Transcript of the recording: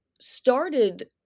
started